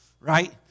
Right